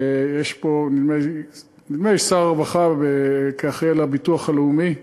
נדמה לי שר הרווחה כאחראי לביטוח הלאומי.